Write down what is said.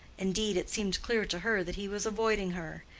indeed it seemed clear to her that he was avoiding her,